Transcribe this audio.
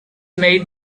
made